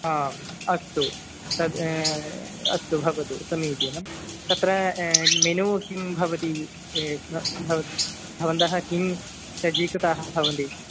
आम् अस्तु तत् अस्तु भवतु समीचीनं तत्र मेनु किं भवति भवत् भवन्तः किं सज्जीकृताः भवन्ति